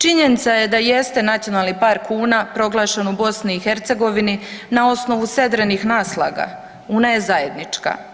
Činjenica da jeste Nacionalni park Una proglašen u BiH na osnovu sedrenih naslaga, Una je zajednička.